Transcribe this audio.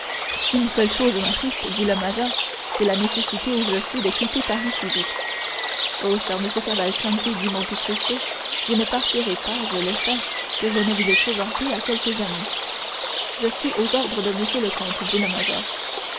une seule chose m'attriste dit le major c'est la nécessité où je suis de quitter paris si vite oh cher monsieur cavalcanti dit monte cristo vous ne partirez pas je l'espère que je ne vous aie présenté à quelques amis je suis aux ordres de monsieur le comte dit le major